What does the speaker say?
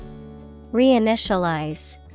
Reinitialize